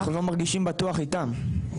אנחנו לא מרגישים בטוח איתם.